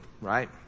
right